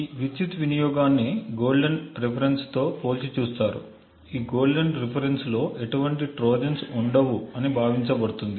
ఈ విద్యుత్ వినియోగాన్ని గోల్డెన్ రిఫరెన్స్ తో పోల్చి చూస్తారు ఈ గోల్డెన్ రిఫరెన్స్ లో ఎటువంటి ట్రోజన్స్ ఉండవు అని భావించబడుతుంది